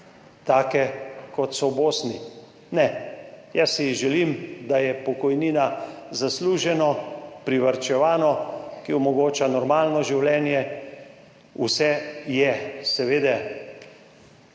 Hrvaškem, kot so v Bosni? Ne. Jaz si želim, da je pokojnina zaslužena, privarčevana, ki omogoča normalno življenje. Vse je seveda